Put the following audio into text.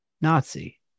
Nazi